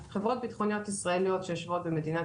חברות בטחוניות ישראליות שיושבות במדינת